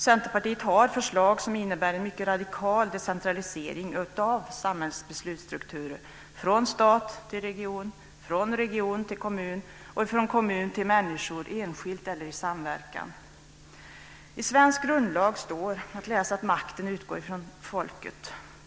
Centerpartiet har förslag som innebär en mycket radikal decentralisering av samhällets beslutsstrukturer, från stat till region, från region till kommun och från kommun till människor enskilt eller i samverkan. I svensk grundlag står att läsa att makten utgår från folket.